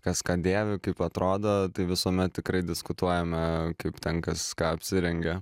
kas ką dėvi kaip atrodo tai visuomet tikrai diskutuojame kaip ten kas ką apsirengė